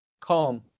calm